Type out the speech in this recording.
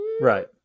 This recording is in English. Right